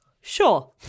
Sure